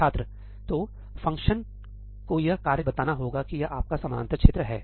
छात्र तो फ़ंक्शन को यह कार्य बताना होगा कि यह आपका समानांतर क्षेत्र है